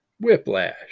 Whiplash